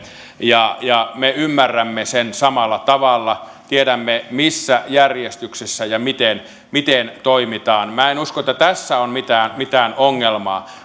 ja ja me ymmärrämme sen samalla tavalla tiedämme missä järjestyksessä ja miten miten toimitaan minä en usko että tässä on mitään mitään ongelmaa